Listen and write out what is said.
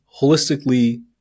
holistically